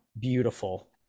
beautiful